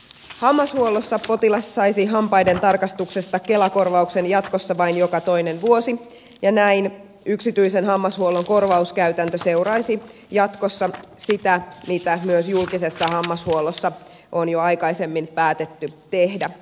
hammashuollossa potilas saisi hampaiden tarkastuksesta kela korvauksen jatkossa vain joka toinen vuosi ja näin yksityisen hammashuollon korvauskäytäntö seuraisi jatkossa sitä mitä myös julkisessa hammashuollossa on jo aikaisemmin päätetty tehdä